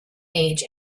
age